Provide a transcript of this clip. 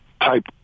type